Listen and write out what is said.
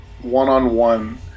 one-on-one